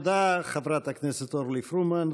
תודה, חברת הכנסת אורלי פרומן.